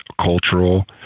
cultural